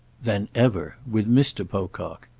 than ever. with mr. pocock.